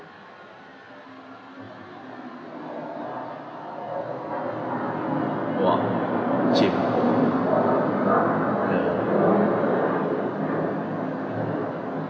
!wah! cheap ya